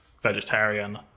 vegetarian